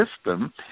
system